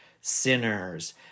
sinners